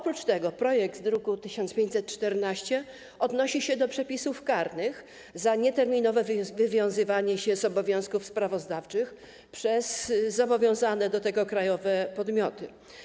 Ponadto projekt z druku nr 1514 odnosi się do przepisów karnych dotyczących nieterminowego wywiązywania się z obowiązków sprawozdawczych przez zobowiązane do tego krajowe podmioty.